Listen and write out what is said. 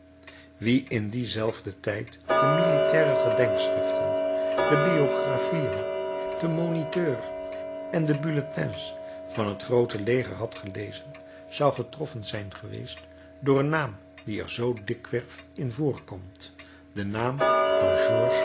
wie in dienzelfden tijd de militaire gedenkschriften de biographieën den moniteur en de bulletins van het groote leger had gelezen zou getroffen zijn geweest door een naam die er zoo dikwerf in voorkomt den naam van